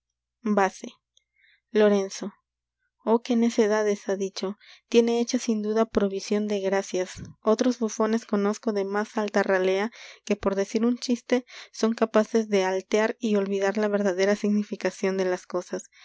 vase lorenzo oh qué de necedades ha dicho tiene hecha sin duda provision de gracias otros bufones conozco de más alta ralea que por decir un chiste son capaces de alterar y olvidar la verdadera significacion de las cosas